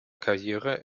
karriere